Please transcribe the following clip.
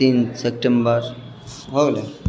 तीन सितम्बर भऽ गेलै